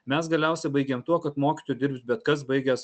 mes galiausia baigėm tuo kad mokytoju dirbs bet kas baigęs